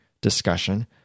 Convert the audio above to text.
discussion